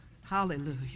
Hallelujah